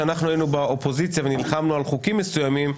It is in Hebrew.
כשאנחנו היינו באופוזיציה ונלחמנו על חוקים מסוימים,